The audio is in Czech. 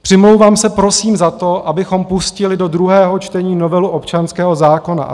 Přimlouvám se prosím za to, abychom pustili do druhého čtení novelu občanského zákoníku.